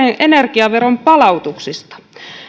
energiaveron palautuksista